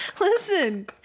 Listen